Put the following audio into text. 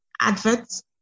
adverts